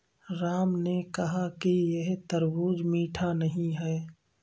राम ने कहा कि यह तरबूज़ मीठा नहीं है